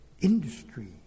industry